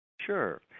Sure